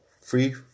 free